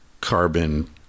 carbon